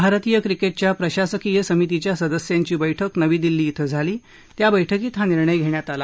भारतीय क्रिकेटच्या प्रशासकीय समितीच्या सदस्यांची बैठक नवी दिल्ली बें झाली त्या बैठकीत हा निर्णय घेण्यात आला